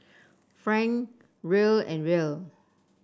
franc Riel and Riel